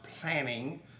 planning